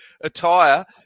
attire